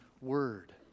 word